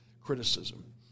criticism